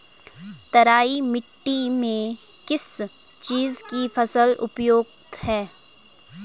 तराई मिट्टी में किस चीज़ की फसल उपयुक्त है?